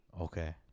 Okay